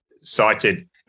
cited